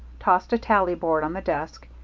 tossed a tally board on the desk,